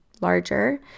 larger